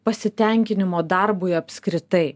pasitenkinimo darbu apskritai